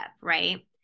right